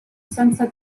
senza